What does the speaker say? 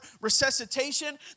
resuscitation